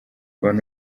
abantu